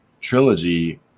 trilogy